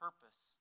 purpose